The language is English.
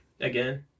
again